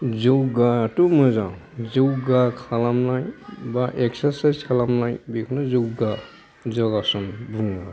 यगाथ' मोजां यगा खालामनाय बा एक्सार्साइस खालामनाय बेखौनो यगा यगासन बुङो